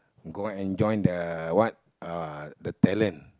go and enjoy the what uh the talent